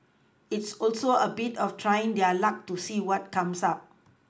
it's also a bit of trying their luck to see what comes up